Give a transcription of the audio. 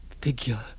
figure